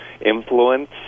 influence